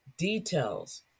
Details